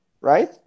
right